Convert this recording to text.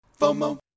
FOMO